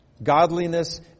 Godliness